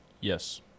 Yes